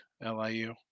LIU